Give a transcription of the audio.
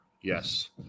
Yes